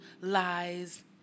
lies